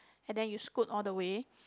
and then you scoot all the way